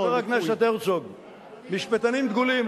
משפטנים דגולים,